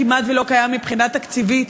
כמעט לא קיים היום מבחינה תקציבית.